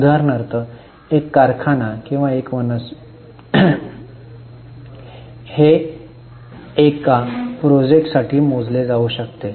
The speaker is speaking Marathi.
उदाहरणार्थ एक कारखाना किंवा एक वनस्पती हे एका प्रोजेक्ट साठी मोजले जाऊ शकते